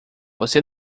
você